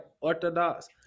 orthodox